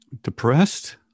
Depressed